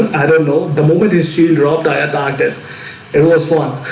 i don't know the move it is she'll drop diet active and was one